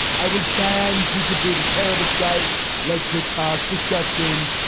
i will bang did your booty. terrible side like tic-tac. disgusting.